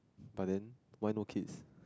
but then why no kids